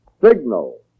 Signal